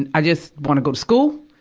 and i just wanna go to school,